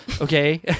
okay